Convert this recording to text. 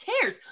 cares